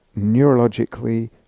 neurologically